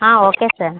okay sir